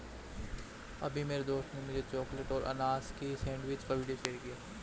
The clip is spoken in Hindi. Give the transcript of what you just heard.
अभी मेरी दोस्त ने मुझे चॉकलेट और अनानास की सेंडविच का वीडियो शेयर किया है